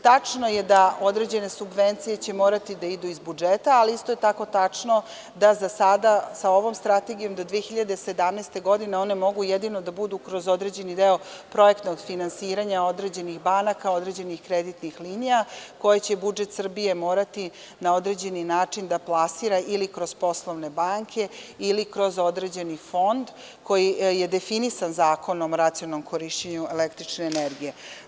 Tačno je da određene subvencije će morati da idu iz budžeta, ali je isto tako tačno da za sada sa ovom Strategijom za 2017. godinu one mogu jedino da budu kroz određeni deo projektnog finansiranja određenih banaka, određenih kreditnih linija koje će budžet Srbije morati na određeni način da plasira ili kroz poslovne banke ili kroz određeni fond koji je definisan Zakonom o racionalnom korišćenju električne energije.